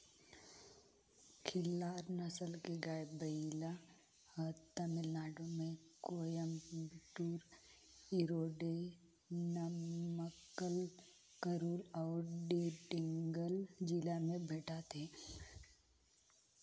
खिल्लार नसल के गाय, बइला हर तमिलनाडु में कोयम्बटूर, इरोडे, नमक्कल, करूल अउ डिंडिगल जिला में भेंटाथे